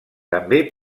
també